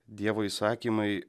dievo įsakymai